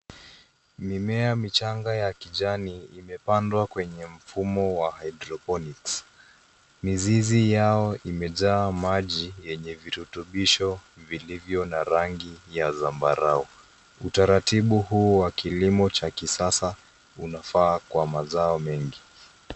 Mimea michanga ya kijani imepandwa kwenye mfumo wa hydroponics . Mizizi yao imejaa maji yenye virutubisho vilivyo na rangi ya zambarau. Utaratibu huu wa kilimo cha kisasa unafaa kwa mazao mengi.